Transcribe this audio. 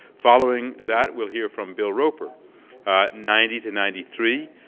following that we'll hear from bill roper ninety to ninety three,